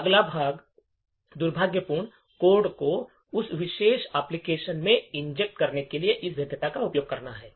अगला भाग दुर्भावनापूर्ण कोड को उस विशेष एप्लिकेशन में इंजेक्ट करने के लिए इस भेद्यता का उपयोग करना है